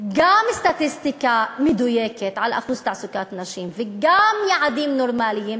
גם סטטיסטיקה מדויקת על אחוז תעסוקת נשים וגם יעדים נורמליים,